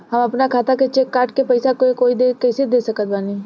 हम अपना खाता से चेक काट के पैसा कोई के कैसे दे सकत बानी?